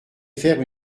faire